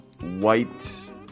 white